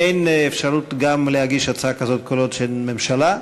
אין אפשרות גם להגיש הצעה כזאת כל עוד אין ממשלה.